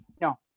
No